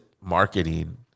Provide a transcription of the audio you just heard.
marketing